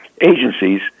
agencies